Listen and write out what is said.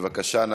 בבקשה.